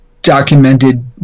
documented